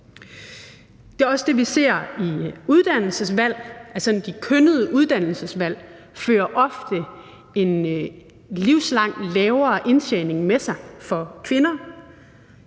Det er også det, vi ser i uddannelsesvalg: De kønnede uddannelsesvalg fører ofte en livslang lavere indtjening med sig for kvinder.